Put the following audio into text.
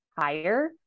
higher